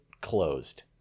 closed